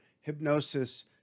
Hypnosis